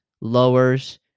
lowers